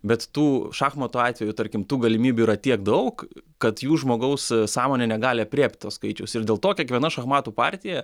bet tų šachmatų atveju tarkim tų galimybių yra tiek daug kad jų žmogaus sąmonė negali aprėpt to skaičius ir dėl to kiekviena šachmatų partija